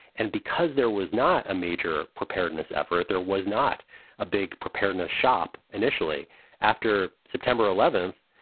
and because there was not a major preparedness effort, there was not a big preparedness shop. initially after september eleventh,